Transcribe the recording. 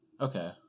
Okay